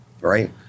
Right